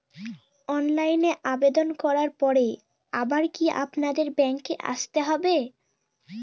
অনলাইনে আবেদন করার পরে আবার কি আপনাদের ব্যাঙ্কে আসতে হবে?